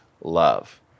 love